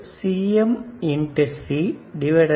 0110 12210 120